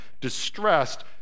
distressed